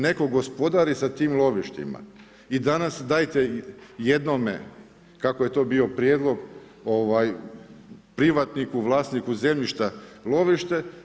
Netko gospodari s tim lovištima i danas dajte jednome kako je to bio prijedlog, privatniku, vlasniku zemljišta lovište.